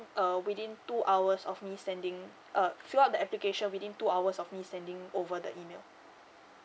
uh within two hours of me sending uh throughout the application within two hours of me sending over the email